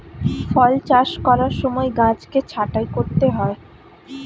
ফল চাষ করার সময় গাছকে ছাঁটাই করতে হয়